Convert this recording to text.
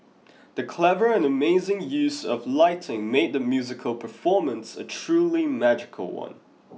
the clever and amazing use of lighting made the musical performance a truly magical one